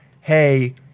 hey